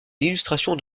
l’illustration